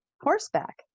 horseback